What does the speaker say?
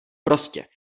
prostě